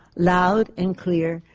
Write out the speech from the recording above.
loud and clear,